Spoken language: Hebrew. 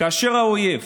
כאשר האויב